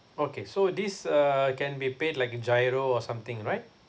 okay so this uh can be paid like giro or something right